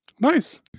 Nice